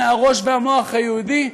מהראש והמוח היהודי,